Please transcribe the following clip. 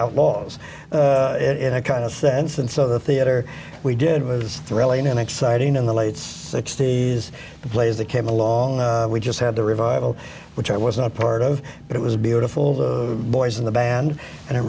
outlaws in a kind of sense and so the theater we did was thrilling and exciting in the late sixty's the plays that came along we just had the revival which i wasn't a part of but it was beautiful the boys in the band and it